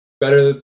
better